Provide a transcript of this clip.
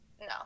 No